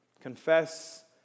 Confess